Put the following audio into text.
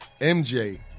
MJ